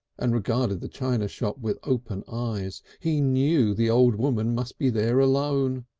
and regarded the china shop with open eyes. he knew the old woman must be there alone.